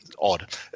odd